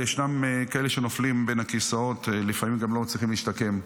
יש כאלה שנופלים בין הכיסאות ולפעמים גם לא מצליחים להשתקם.